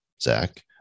Zach